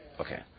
Okay